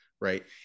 Right